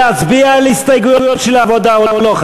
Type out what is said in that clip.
להצביע על הסתייגויות של העבודה או לא,